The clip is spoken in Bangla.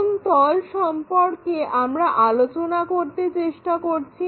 কোন তল সম্পর্কে আমরা আলোচনা করতে চেষ্টা করছি